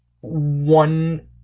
one